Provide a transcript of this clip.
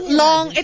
long